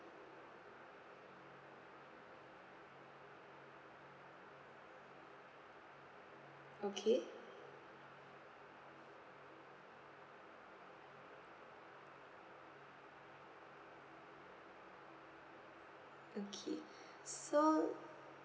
okay okay so